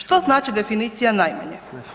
Što znači definicija najmanje?